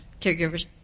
caregivers